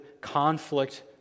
conflict